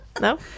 No